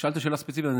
שאלת שאלה ספציפית,